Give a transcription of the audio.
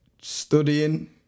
Studying